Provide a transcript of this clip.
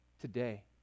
today